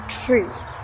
truth